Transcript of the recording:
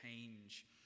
change